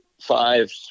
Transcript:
five